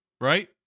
right